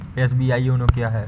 SBI YONO क्या है?